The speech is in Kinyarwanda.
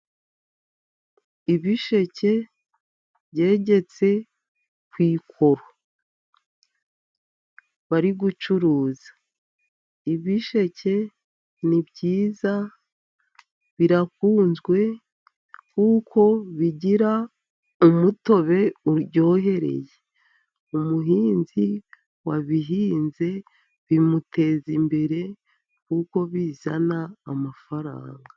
Ibisheke byegetse ku ikoro bari gucuruza. Ibisheke ni byiza birakunzwe, kuko bigira umutobe uryohereye. Umuhinzi wabihinze bimuteza imbere kuko bizana amafaranga.